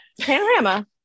panorama